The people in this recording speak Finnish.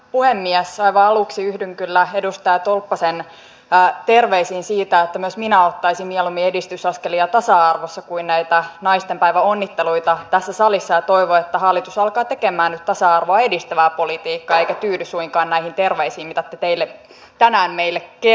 aivan aluksi yhdyn kyllä edustaja tolppasen terveisiin siitä että myös minä ottaisin mieluummin edistysaskelia tasa arvossa kuin näitä naistenpäiväonnitteluita tässä salissa ja toivon että hallitus alkaa tekemään nyt tasa arvoa edistävää politiikkaa eikä tyydy suinkaan näihin terveisiin mitä te tänään meille kerrotte